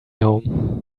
home